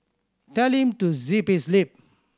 tell him to zip his lip